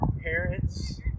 parents